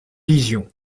lisions